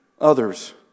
others